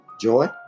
Joy